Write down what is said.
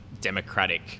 democratic